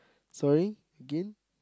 sorry again